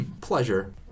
Pleasure